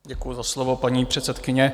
Děkuji za slovo, paní předsedkyně.